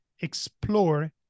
explore